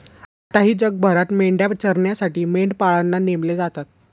आताही जगभरात मेंढ्या चरण्यासाठी मेंढपाळांना नेमले जातात